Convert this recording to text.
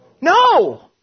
No